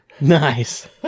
Nice